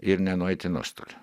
ir nenueit į nuostolį